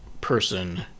person